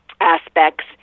aspects